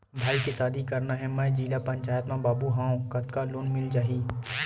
भाई के शादी करना हे मैं जिला पंचायत मा बाबू हाव कतका लोन मिल जाही?